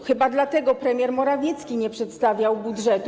Chyba dlatego premier Morawiecki nie przedstawiał budżetu.